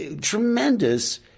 tremendous